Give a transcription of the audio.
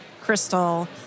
crystal